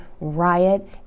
riot